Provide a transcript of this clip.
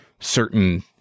certain